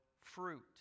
fruit